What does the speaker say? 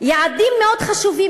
יעדים מאוד חשובים,